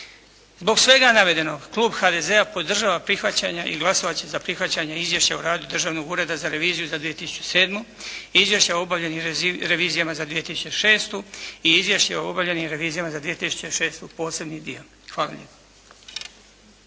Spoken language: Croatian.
Zbog svega navedenog Klub HDZ-a podržava prihvaćanja i glasovat će za prihvaćanje izvješća o radu Državnog ureda za reviziju za 2007. i izvješće o obavljenim revizijama za 2006. i izvješće o obavljenim revizijama za 2006. posebni dio. Hvala lijepa.